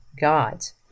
God's